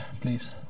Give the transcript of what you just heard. please